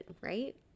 right